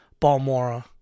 Balmora